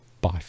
bye